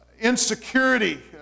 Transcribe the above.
insecurity